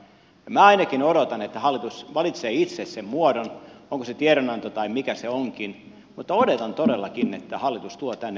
minä ainakin odotan että hallitus valitsee itse sen muodon onko se tiedonanto tai mikä se onkin mutta odotan todellakin että hallitus tuo tänne uuden